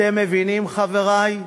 אתם מבינים, חברי?